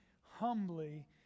humbly